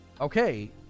Okay